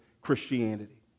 Christianity